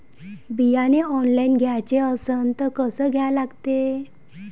बियाने ऑनलाइन घ्याचे असन त कसं घ्या लागते?